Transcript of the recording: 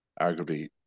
arguably